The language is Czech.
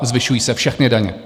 Zvyšují se všechny daně.